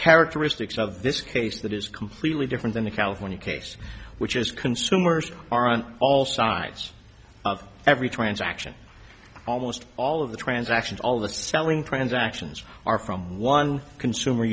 characteristics of this case that is completely different than the california case which is consumers are on all sides of every transaction almost all of the transactions all the selling transactions are from one consumer